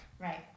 Right